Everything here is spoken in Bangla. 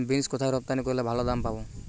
বিন্স কোথায় রপ্তানি করলে ভালো দাম পাব?